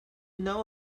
know